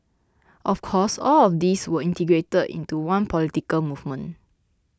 of course all of these were integrated into one political movement